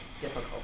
difficult